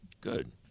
Good